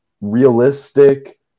realistic